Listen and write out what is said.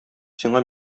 сиңа